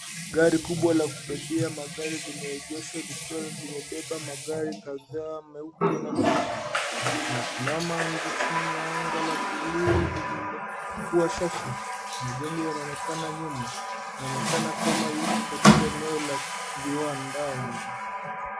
Gari kubwa la kubebea magari limeegeshwa likiwa limebeba magari kadhaa meupe na meusi. Imesimama nje chini ya anga la buluu lililokuwa safi. Majengo yanaonekana nyuma . Inaonekana kama yuko eneo la viwandani.